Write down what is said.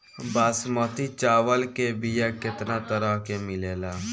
बासमती चावल के बीया केतना तरह के मिलेला?